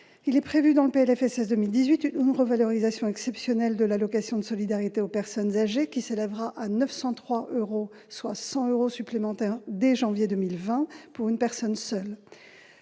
il est prévu dans le PLFSS 2018 une revalorisation exceptionnelle de l'allocation de solidarité aux personnes âgées qui s'élèvera à 903 euros, soit 100 euros supplémentaires dès janvier 2020 pour une personne seule,